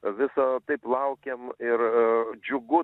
viso taip laukiam ir džiugu